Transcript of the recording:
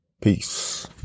Peace